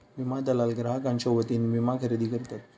विमा दलाल ग्राहकांच्यो वतीने विमा खरेदी करतत